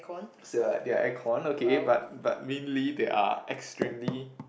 ya there are air con okay but but mainly they are extremely